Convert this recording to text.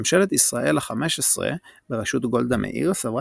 ממשלת ישראל החמש עשרה בראשות גולדה מאיר סברה